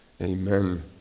Amen